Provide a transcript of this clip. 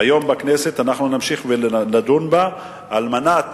היום בכנסת, אנחנו נמשיך ונדון בה על מנת,